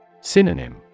Synonym